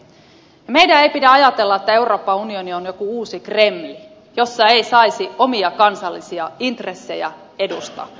meidän ei pidä ajatella että euroopan unioni on joku uusi kreml missä ei saisi omia kansallisia intressejään edustaa